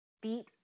beat